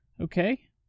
Okay